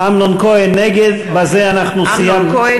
אמנון כהן נגד, בזה אנחנו סיימנו.